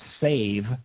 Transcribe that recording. save